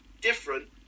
different